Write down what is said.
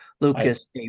Lucas